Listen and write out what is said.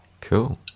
Cool